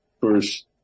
first